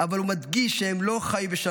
אבל הוא מדגיש שהם לא חיו בשלום,